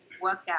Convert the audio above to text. workout